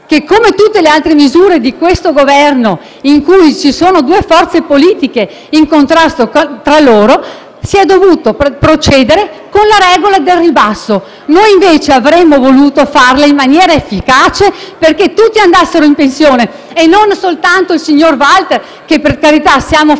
che, come tutte le altre misure del Governo, che vedono due forze politiche in contrasto tra loro, si è dovuto procedere con la regola del ribasso. Noi invece avremmo voluto farlo in maniera efficace affinché tutti andassero in pensione e non soltanto il signor Walter. Per carità, siamo